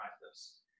practice